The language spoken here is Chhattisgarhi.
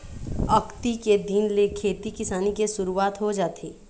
अक्ती के दिन ले खेती किसानी के सुरूवात हो जाथे